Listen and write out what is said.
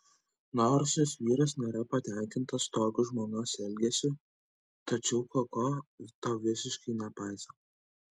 nors jos vyras nėra patenkintas tokiu žmonos elgesiu tačiau koko to visiškai nepaiso